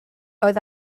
oedd